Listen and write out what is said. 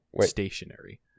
stationary